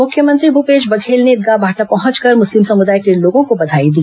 मुख्यमंत्री भूपेश बघेल ने ईदगाहभाटा पहुंचकर मुस्लिम समुदाय के लोगों को बधाई दी